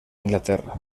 inglaterra